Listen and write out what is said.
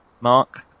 Mark